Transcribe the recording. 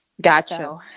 Gotcha